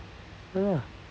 ya [la]